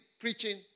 preaching